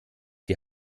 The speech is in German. die